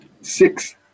six